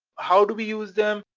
how do we use them?